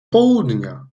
południa